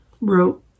wrote